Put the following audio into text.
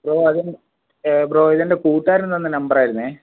bro bro ഇതെൻ്റെ കൂട്ടുകാരൻ തന്ന നമ്പറായിരുന്നു